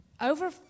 Over